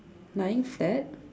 lying flat